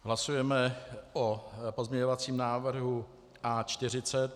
Hlasujeme o pozměňovacím návrhu A40.